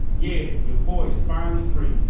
yeah. your boy is finally free.